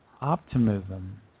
optimism